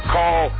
Call